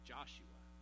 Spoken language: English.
Joshua